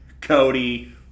Cody